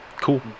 cool